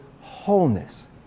wholeness